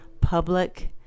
public